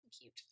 cute